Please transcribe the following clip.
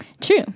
True